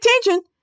attention